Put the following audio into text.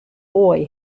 boy